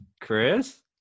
Chris